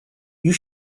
you